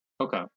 okay